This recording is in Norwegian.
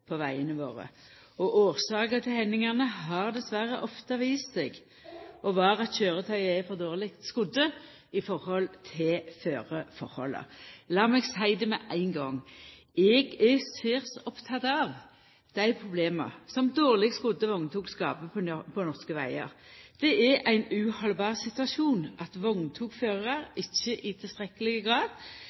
på vegane våre. Årsaka til hendingane har dessverre ofte vist seg å vera at køyretøya er for dårleg skodde i forhold til føreforholda. Lat meg seia det med ein gong: Eg er særs oppteken av dei problema som dårleg skodde vogntog skaper på norske vegar. Det er ein uhaldbar situasjon at vogntogførarar ikkje i tilstrekkeleg grad